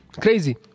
Crazy